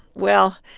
well,